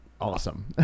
awesome